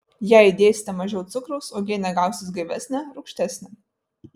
jei dėsite mažiau cukraus uogienė gausis gaivesnė rūgštesnė